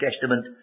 Testament